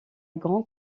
grand